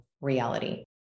reality